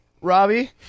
Robbie